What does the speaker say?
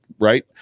right